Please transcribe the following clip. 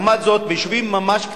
לעומת זאת, ביישובים ממש קטנים,